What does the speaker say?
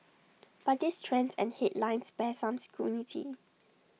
but these trends and headlines bear some scrutiny